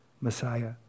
Messiah